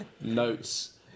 notes